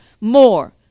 more